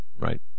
right